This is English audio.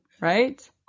right